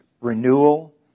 renewal